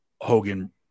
Hogan